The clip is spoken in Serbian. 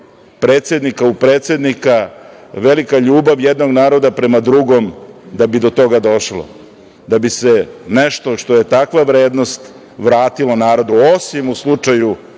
predsednika u predsednika, velika ljubav jednog naroda prema drugom da bi do toga došlo, da bi se nešto što je takva vrednost vratilo narodu, osim u slučaju